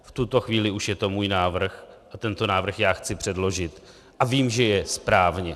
V tuto chvíli už je to můj návrh a tento návrh já chci předložit a vím, že je správně.